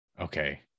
okay